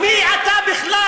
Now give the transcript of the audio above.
מי אתה בכלל?